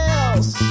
else